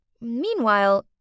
Meanwhile